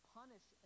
punish